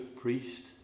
priest